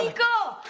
go.